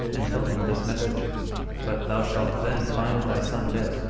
and tell him this message but thou shalt then find thy son dead,